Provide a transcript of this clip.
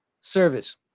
service